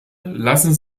lassen